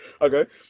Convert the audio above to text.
okay